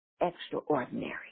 extraordinary